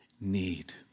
need